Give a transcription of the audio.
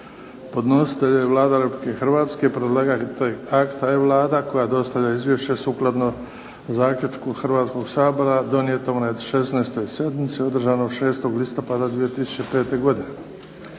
Podnositelj Vlada Republike Hrvatske. Predlagatelj akta je Vlada koja je dostavila izvješće zaključku Hrvatskog sabora donijetoj na 16. sjednici održanoj 6. listopada 2005. godine.